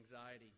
anxiety